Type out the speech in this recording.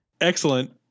Excellent